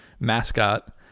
mascot